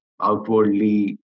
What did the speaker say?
outwardly